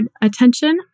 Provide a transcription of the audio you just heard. attention